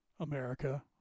America